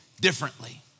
differently